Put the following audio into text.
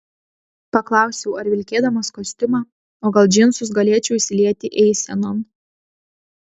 paklausiau ar vilkėdamas kostiumą o gal džinsus galėčiau įsilieti eisenon